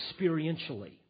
experientially